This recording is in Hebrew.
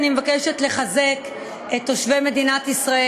אני מבקשת לחזק את תושבי מדינת ישראל,